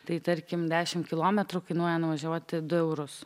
tai tarkim dešim kilometrų kainuoja nuvažiuoti du eurus